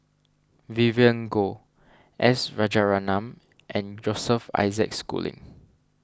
Vivien Goh S Rajaratnam and Joseph Isaac Schooling